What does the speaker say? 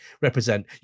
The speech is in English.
Represent